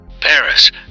Paris